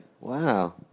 Wow